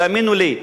תאמינו לי,